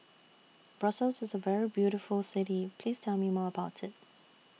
Brussels IS A very beautiful City Please Tell Me More about IT